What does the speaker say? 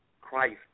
Christ